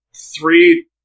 three